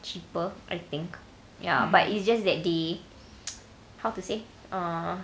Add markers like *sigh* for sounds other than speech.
cheaper I think ya but it's just that they *noise* how to say ah